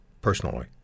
personally